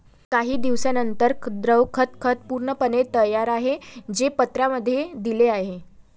काही दिवसांनंतर, द्रव खत खत पूर्णपणे तयार आहे, जे पत्रांमध्ये दिले आहे